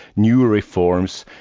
new reforms,